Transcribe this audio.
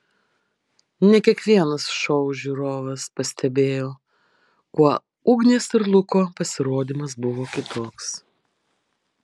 ne kiekvienas šou žiūrovas pastebėjo kuo ugnės ir luko pasirodymas buvo kitoks